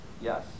Yes